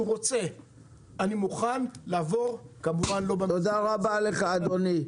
תודה לך אדוני.